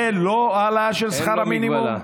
זה לא העלאה של שכר המינימום?